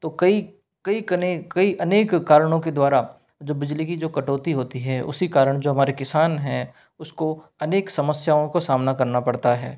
तो कई कई कने कई अनेक कारणों के द्वारा जो बिजली की जो कटौती होती है उसी कारण जो हमारे किसान हैं उसको अनेक समस्याओं का सामना करना पड़ता है